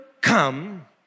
come